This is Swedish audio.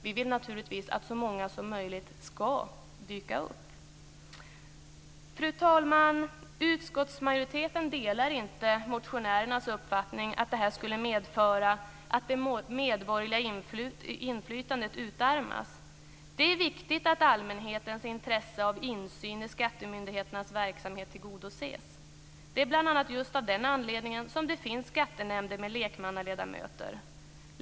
Vi vill naturligtvis att så många som möjligt ska dyka upp. Fru talman! Utskottsmajoriteten delar inte motionärernas uppfattning att det här skulle medföra att det medborgerliga inflytandet utarmas. Det är viktigt att allmänhetens intresse av insyn i skattemyndigheternas verksamhet tillgodoses. Det är bl.a. just av den anledningen som det finns skattenämnder med lekmannaledamöter.